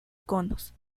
conos